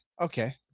Okay